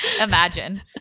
imagine